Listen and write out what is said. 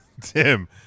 Tim